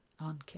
on